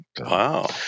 Wow